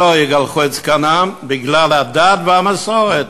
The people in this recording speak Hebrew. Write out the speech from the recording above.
שלא יגלחו את זקנם בגלל הדת והמסורת,